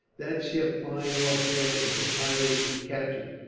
that ship lying off there is a pirate we captured.